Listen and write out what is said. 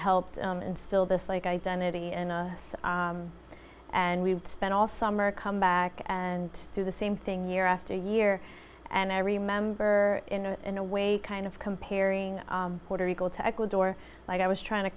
helped and still this like identity and and we've spent all summer come back and do the same thing year after year and i remember in a way kind of comparing puerto rico to ecuador like i was trying to